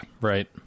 right